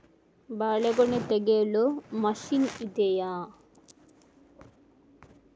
ಬಾಳೆಗೊನೆ ತೆಗೆಯಲು ಮಷೀನ್ ಇದೆಯಾ?